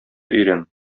өйрән